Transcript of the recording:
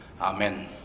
Amen